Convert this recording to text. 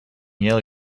yale